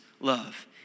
love